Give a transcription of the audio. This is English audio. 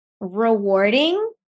rewarding